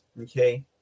okay